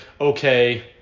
okay